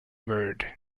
word